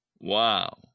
wow